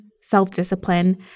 self-discipline